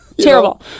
Terrible